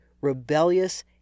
rebellious